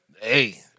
Hey